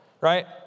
right